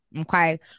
Okay